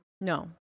No